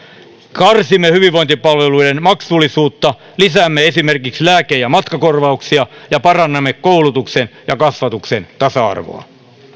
karsimme hyvinvointipalveluiden maksullisuutta lisäämme esimerkiksi lääke ja matkakorvauksia ja parannamme koulutuksen ja kasvatuksen tasa arvoa